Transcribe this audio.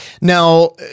Now